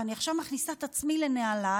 ועכשיו אני מכניסה את עצמי לנעליי